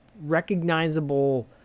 recognizable